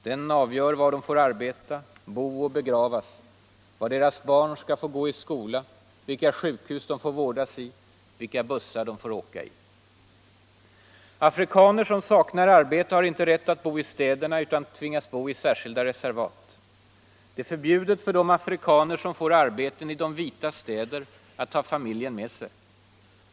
Den avgör var deras barn skall få gå i skola, vilka sjukhus de får vårdas i, vilka bussar de får åka med osv. Afrikaner som saknar arbete har inte rätt att bo i städerna, utan tvingas bo i särskilda reservat. Det är förbjudet för de afrikaner som får arbeten i de vitas städer att ta familjen med sig.